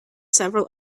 several